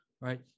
right